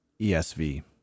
ESV